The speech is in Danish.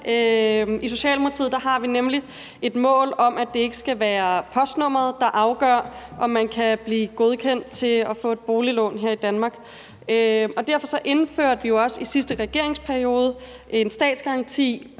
I Socialdemokratiet har vi nemlig et mål om, at det ikke skal være postnummeret, der afgør, om man kan blive godkendt til at få et boliglån her i Danmark. Derfor indførte vi jo også i sidste regeringsperiode en statsgaranti